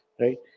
right